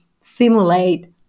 simulate